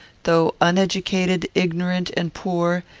though uneducated, ignorant, and poor,